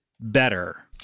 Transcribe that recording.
Better